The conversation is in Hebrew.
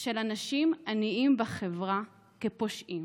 של אנשים עניים בחברה כפושעים.